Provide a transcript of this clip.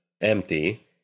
empty